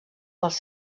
pels